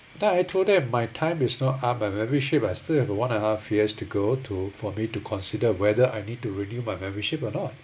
then I told them my time is not up my membership I still have one and a half years to go to for me to consider whether I need to renew my membership or not